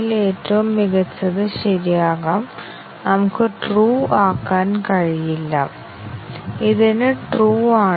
ഞങ്ങൾ 100 ശതമാനം statement coverage നേടുന്നതുവരെ ക്രമരഹിതമായി ഇൻപുട്ട് മൂല്യങ്ങൾ നൽകുന്നു